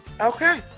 Okay